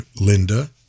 linda